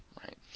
Right